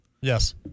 Yes